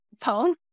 phone